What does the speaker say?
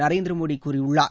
நரேந்திர மோடி கூறியுள்ளார்